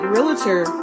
Realtor